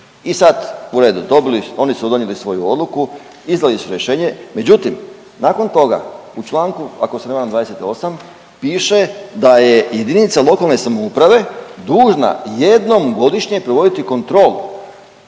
i sad u redu, dobili, oni su donijeli svoju odluku, izdali su rješenje, međutim nakon toga u članku, ako se ne varam, 28. piše da je JLS dužna jednom godišnje provoditi kontrolu,